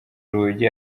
rugi